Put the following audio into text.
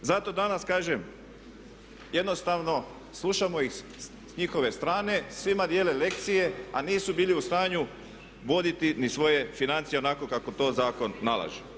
Zato danas kažem jednostavno slušamo i s njihove strane, svima dijele lekcije, a nisu bili u stanju voditi ni svoje financije onako kako to zakon nalaže.